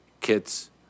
kits